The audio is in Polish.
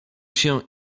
się